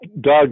Doug